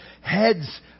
Heads